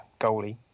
goalie